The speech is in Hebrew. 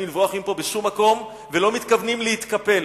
לברוח מפה לשום מקום ולא מתכוונים להתקפל.